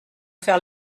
faire